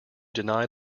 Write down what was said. deny